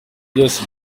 byose